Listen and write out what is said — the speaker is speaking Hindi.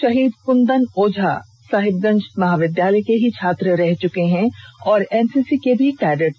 शहीद कृंदन ओझा साहिबगंज महाविद्यालय के ही छात्र रह चके हैं और एनसीसी के भी कैडेट थे